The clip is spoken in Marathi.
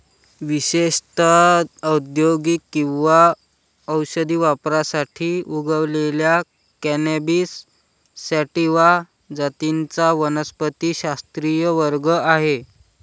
विशेषत औद्योगिक किंवा औषधी वापरासाठी उगवलेल्या कॅनॅबिस सॅटिवा जातींचा वनस्पतिशास्त्रीय वर्ग आहे